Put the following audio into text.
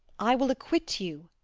i will acquit you.